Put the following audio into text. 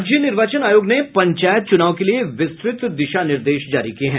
राज्य निर्वाचन आयोग ने पंचायत चुनाव के लिए विस्तृत दिशा निर्देश जारी किया है